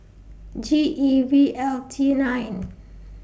G E V L T nine